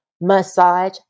massage